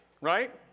Right